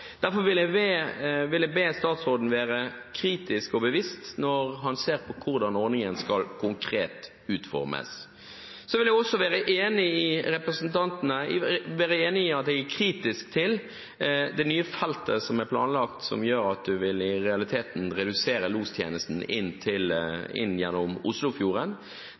Derfor vil jeg be statsråden være kritisk og bevisst når han ser på hvordan ordningen konkret skal utformes. Jeg er også kritisk til det nye feltet som er planlagt, som gjør at man i realiteten vil redusere lostjenesten inn gjennom Oslofjorden.